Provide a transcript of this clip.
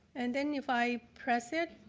and then if i press it,